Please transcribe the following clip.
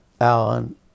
Alan